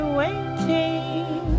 waiting